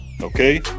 Okay